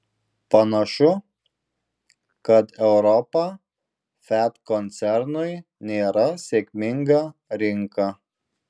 panašu kad europa fiat koncernui nėra sėkminga rinka